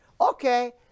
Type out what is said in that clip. Okay